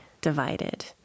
divided